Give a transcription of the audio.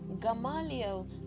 Gamaliel